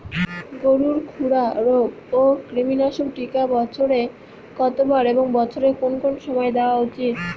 গরুর খুরা রোগ ও কৃমিনাশক টিকা বছরে কতবার এবং বছরের কোন কোন সময় দেওয়া উচিৎ?